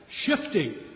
shifting